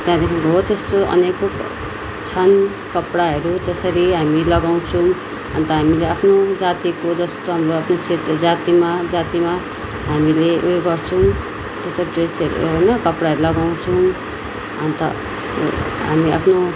त्यहाँदेखिको हो त्यस्तो अनेकौँ छन् कपडाहरू त्यसरी हामी लगाउँछौँ अन्त हामीले आफ्नो जातिको जस्तो हाम्रो अब आफ्नो छेत्री जातिमा जातिमा हामीले उयो गर्छौँ त्यो सब ड्रेसहरू होइन कपडाहरू लगाउँछौँ अन्त हामी आफ्नो